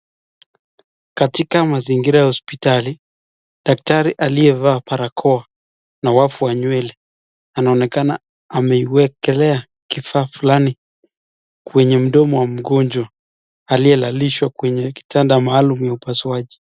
Katika mazingira ya hospitali daktari aliye vaa barakoa na wafu wa nywele anaonekana ameiwekelea kifaa fulani kwenye mdomo wa mgonjwa aliye lalishwa kwenye kitanda maalum ya upasuaji.